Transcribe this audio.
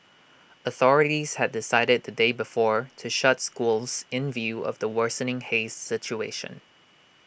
authorities had decided the day before to shut schools in view of the worsening haze situation